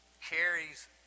carries